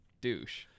douche